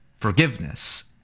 forgiveness